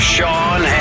Sean